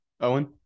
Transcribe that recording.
Owen